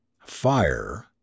Fire